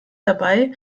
dabei